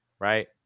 Right